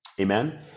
Amen